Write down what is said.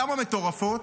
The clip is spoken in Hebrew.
כמה מטורפות?